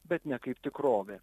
bet ne kaip tikrovė